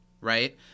right